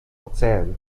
erzählen